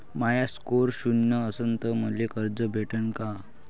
माया score शून्य असन तर मले कर्ज भेटन का?